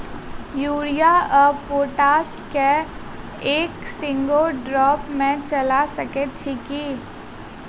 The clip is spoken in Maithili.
यूरिया आ पोटाश केँ एक संगे ड्रिप मे चला सकैत छी की?